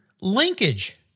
Linkage